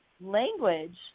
language